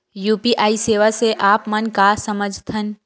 UPI सेवा से आप मन का समझ थान?